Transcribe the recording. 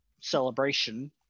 celebration